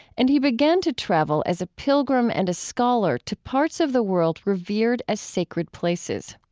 and he began to travel as a pilgrim and a scholar to parts of the world revered as sacred places.